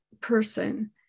person